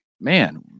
man